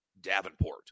Davenport